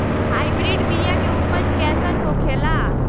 Hybrid बीया के उपज कैसन होखे ला?